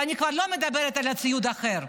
ואני כבר לא מדברת על ציוד אחר.